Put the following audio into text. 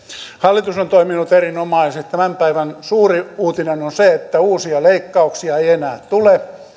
hallitus on toiminut erinomaisesti tämän päivän suuri uutinen on se että uusia leikkauksia ei enää tule